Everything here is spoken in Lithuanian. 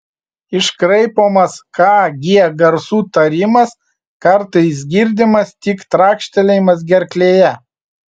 iškraipomas k g garsų tarimas kartais girdimas tik trakštelėjimas gerklėje